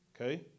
Okay